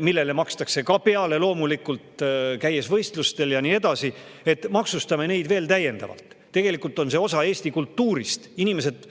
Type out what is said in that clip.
millele makstakse ka peale, loomulikult, käies võistlustel ja nii edasi. Aga me maksustame neid veel täiendavalt. Tegelikult on see osa eesti kultuurist, inimesed